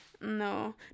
No